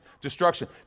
destruction